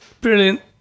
Brilliant